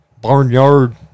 barnyard